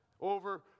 over